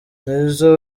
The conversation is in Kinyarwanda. nizzo